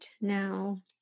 now